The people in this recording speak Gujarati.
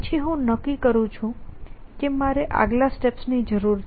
પછી હું નક્કી કરું છું કે મારે આટલા સ્ટેપ્સ ની જરૂર છે